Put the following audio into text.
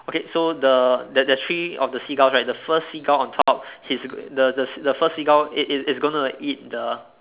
okay so the there's there's three of seagulls right the first seagull on top he's the the the first seagull it it it's gonna eat the